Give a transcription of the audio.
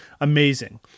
amazing